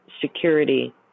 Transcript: security